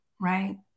Right